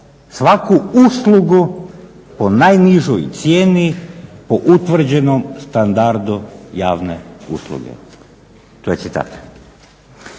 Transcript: svaku uslugu po najnižoj cijeni po utvrđenom standardu javne usluge. To je citat.